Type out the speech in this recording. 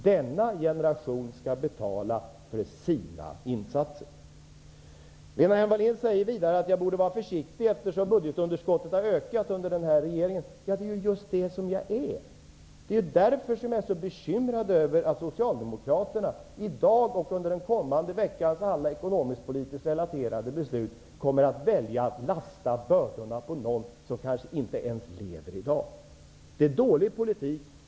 Denna generation skall betala för de insatser som den får. Lena Hjelm-Wallén säger också att jag borde vara försiktig, eftersom budgetunderskottet har ökat under den här regeringen. Det är just det jag är. Det är därför jag är så bekymrad över att Socialdemokraterna i dag och under den kommande veckans alla ekonomisk-politisk relaterade beslut kommer att välja att lasta bördorna på någon som kanske inte ens lever i dag. Det är dålig politik.